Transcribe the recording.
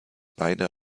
beide